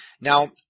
Now